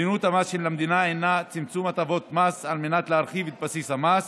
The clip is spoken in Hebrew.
מדיניות המס של המדינה הינה צמצום הטבות מס על מנת להרחיב את בסיס המס.